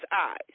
eyes